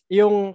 yung